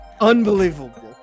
unbelievable